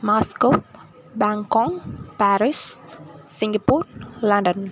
Moscow Bangkok Paris Singapore London